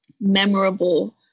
memorable